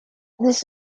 this